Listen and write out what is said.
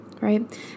right